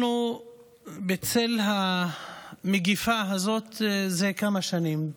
אנחנו בצל המגפה הזאת זה כמה שנים.